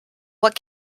what